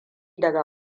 daga